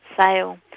Sale